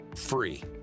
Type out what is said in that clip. free